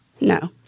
No